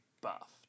buffed